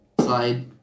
slide